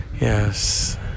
Yes